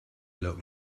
look